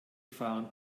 fahren